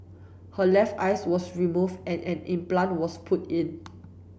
her left eyes was removed and an implant was put in